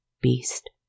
beast